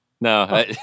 no